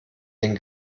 den